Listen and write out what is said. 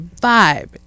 vibe